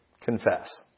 confess